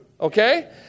Okay